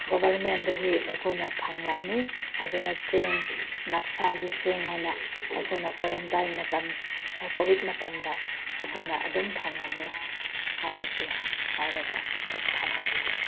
ꯒꯣꯕꯔꯃꯦꯟꯗꯒꯤ ꯑꯩꯈꯣꯏꯅ ꯐꯪꯂꯝꯃꯤ ꯑꯗꯨꯅ ꯆꯦꯡ ꯅꯞꯁꯥꯒꯤ ꯆꯦꯡ ꯍꯥꯏꯅ ꯑꯩꯈꯣꯏꯅ ꯀꯣꯔꯦꯟꯇꯥꯏꯟ ꯃꯇꯝ ꯀꯣꯚꯤꯠ ꯃꯇꯝꯗ ꯑꯩꯈꯣꯏꯅ ꯑꯗꯨꯝ ꯐꯪꯉꯝꯃꯦ ꯍꯥꯏꯕꯁꯤ ꯍꯥꯏꯔꯒ ꯑꯗꯨꯝ ꯊꯝꯃꯒꯦ